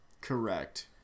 Correct